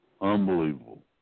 Unbelievable